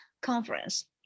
conference